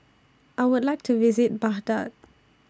I Would like to visit Baghdad